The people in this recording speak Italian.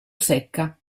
secca